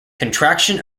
contraction